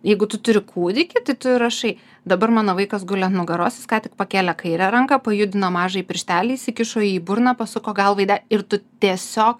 jeigu tu turi kūdikį tai tu ir rašai dabar mano vaikas guli ant nugaros jis ką tik pakėlė kairę ranką pajudino mažąjį pirštelį įsikišo jį į burną pasuko galvą į de ir tu tiesiog